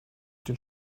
den